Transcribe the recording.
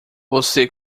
você